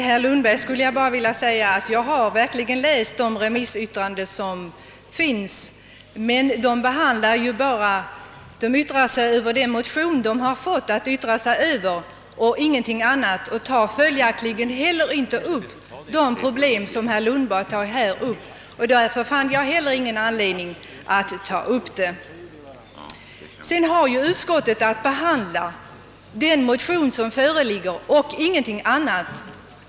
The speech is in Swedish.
Herr talman! Jag har, herr Lundberg, verkligen läst de remissyttranden som föreligger. De uttalar sig emellertid bara om den motion de fått att uttala sig om och tar följaktligen inte heller upp de problem som herr Lundberg tar fram. Inte heller jag fann någon anledning att beröra dessa. Också utskottet hade att behandla den föreliggande motionen och ingenting annat.